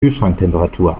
kühlschranktemperatur